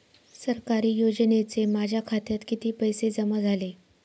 सरकारी योजनेचे माझ्या खात्यात किती पैसे जमा झाले?